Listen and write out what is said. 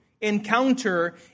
encounter